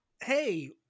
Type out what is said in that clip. hey